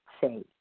say